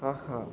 ஆஹா